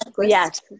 Yes